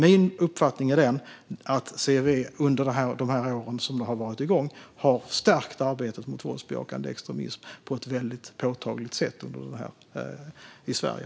Min uppfattning är den att CVE under de år som det har varit igång har stärkt arbetet mot våldsbejakande extremism väldigt påtagligt i Sverige.